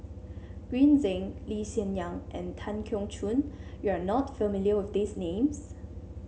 Green Zeng Lee Hsien Yang and Tan Keong Choon you are not familiar with these names